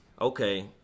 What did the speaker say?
okay